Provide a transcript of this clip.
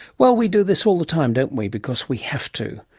well, we do this all the time, don't we because we have to,